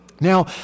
Now